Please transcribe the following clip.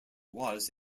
was